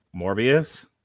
Morbius